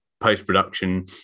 post-production